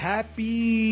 Happy